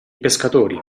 pescatori